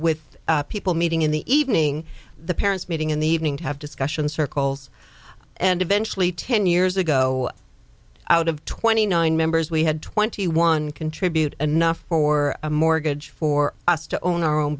with people meeting in the evening the parents meeting in the evening to have discussions circles and eventually ten years ago out of twenty nine members we had twenty one contribute enough for a mortgage for us to own our own